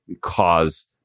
cause